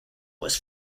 was